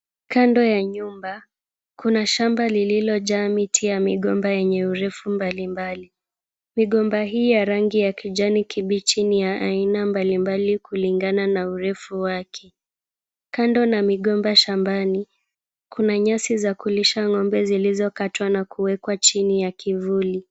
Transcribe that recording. Kando ya nyumba kuna shamba lililojaa miti ya migomba yenye urefu mbalimbali. Migomba hii ya rangi ya kijani kibichi ni ya aina mbalimbali kulingana na urefu wake. Kando na migomba shambani, kuna nyasi za kulisha ng'ombe zilizokatwa na kuwekwa chini ya kivuli.